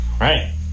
right